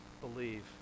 believe